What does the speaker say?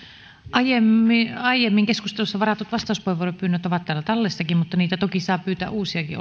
aiemmin aiemmin keskustelussa varatut vastauspuheenvuoropyynnöt ovat täällä tallessakin mutta niitä toki saa pyytää uusiakin